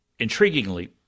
intriguingly